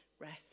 Rest